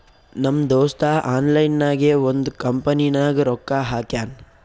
ನಮ್ ದೋಸ್ತ ಆನ್ಲೈನ್ ನಾಗೆ ಒಂದ್ ಕಂಪನಿನಾಗ್ ರೊಕ್ಕಾ ಹಾಕ್ಯಾನ್